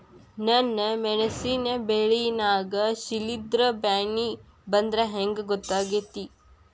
ನನ್ ಮೆಣಸ್ ಬೆಳಿ ನಾಗ ಶಿಲೇಂಧ್ರ ಬ್ಯಾನಿ ಬಂದ್ರ ಹೆಂಗ್ ಗೋತಾಗ್ತೆತಿ?